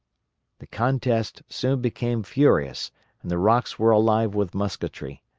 the contest soon became furious and the rocks were alive with musketry.